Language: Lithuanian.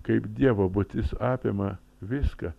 kaip dievo būtis apima viską